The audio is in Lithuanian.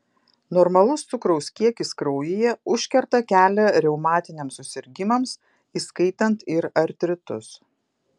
normalus cukraus kiekis kraujyje užkerta kelią reumatiniams susirgimams įskaitant ir artritus